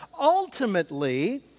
Ultimately